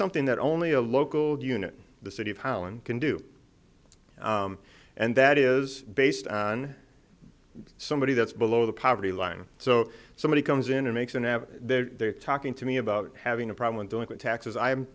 something that only a local unit the city of holland can do and that is based on somebody that's below the poverty line so somebody comes in and makes an app they're talking to me about having a problem doing the taxes i'm